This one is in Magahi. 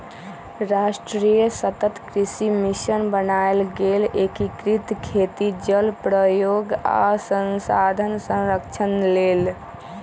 राष्ट्रीय सतत कृषि मिशन बनाएल गेल एकीकृत खेती जल प्रयोग आ संसाधन संरक्षण लेल